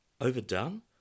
Overdone